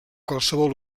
qualsevol